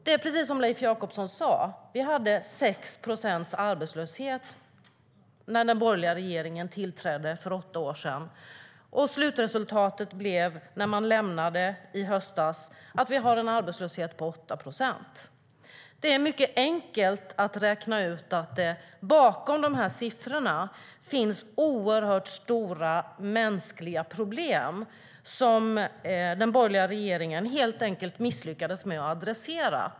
Det är precis som Leif Jakobsson sa: Vi hade 6 procents arbetslöshet när den borgerliga regeringen tillträdde för åtta år sedan. När de lämnade i höstas var slutresultatet en arbetslöshet på 8 procent. Det är mycket enkelt att räkna ut att bakom dessa siffror finns oerhört stora mänskliga problem som den borgerliga regeringen helt enkelt misslyckades med att adressera.